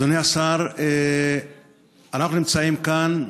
אדוני השר, אנחנו נמצאים כאן,